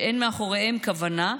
שאין מאחוריהם כוונה.